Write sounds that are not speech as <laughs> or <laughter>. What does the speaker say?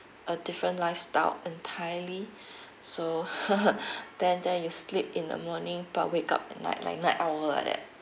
a different lifestyle entirely so <laughs> then then you sleep in the morning but wake up at night like night owl like that